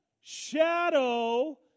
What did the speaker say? shadow